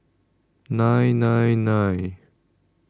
nine nine nine